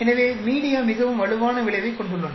எனவே மீடியா மிகவும் வலுவான விளைவைக் கொண்டுள்ளன